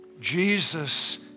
Jesus